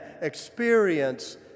experience